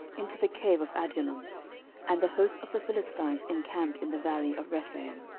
into the cave of adullam and the host of the philistines encamped in the valley of rephaim.